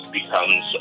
becomes